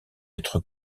être